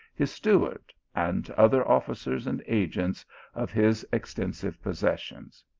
his steward, and other officers and agents of his extensive possessions.